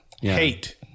Hate